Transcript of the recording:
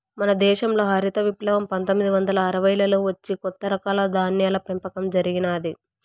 మన దేశంల హరిత విప్లవం పందొమ్మిది వందల అరవైలలో వచ్చి కొత్త రకాల ధాన్యాల పెంపకం జరిగినాది